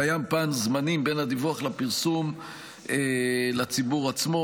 וקיים פער זמנים בין הדיווח לפרסום לציבור עצמו.